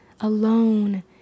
alone